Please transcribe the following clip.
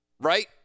Right